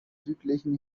südlichen